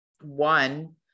one